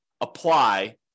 apply